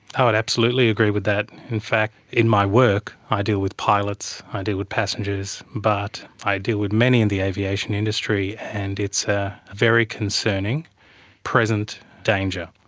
i would absolutely agree with that. in fact in my work i deal with pilots, i deal with passengers, but i deal with many in the aviation industry, and it's a very concerning present danger.